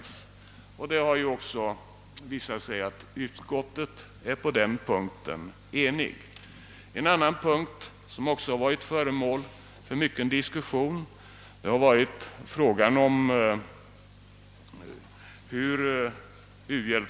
Det har också visat sig att utskottet är enigt på denna punkt. U-hjälpsfrågornas handläggning har också varit föremål för mycken diskussion.